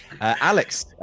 Alex